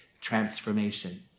transformation